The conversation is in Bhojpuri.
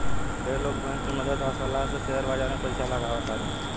ढेर लोग बैंक के मदद आ सलाह से शेयर बाजार में पइसा लगावे तारे